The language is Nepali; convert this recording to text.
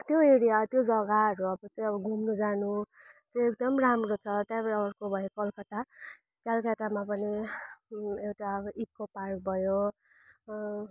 त्यो एरिया अब त्यो जग्गाहरू अब चाहिँ अब घुम्नु जानु चाहिँ एकदम राम्रो छ त्यहाँबाट अर्को भयो कलकत्ता कलकत्तामा पनि एउटा अब इको पार्क भयो